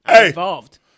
involved